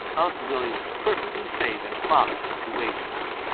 unc' billy was perfectly safe in promising to wait for him.